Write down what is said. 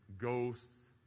ghosts